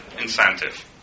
incentive